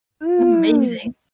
Amazing